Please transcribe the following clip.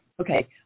Okay